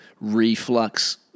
reflux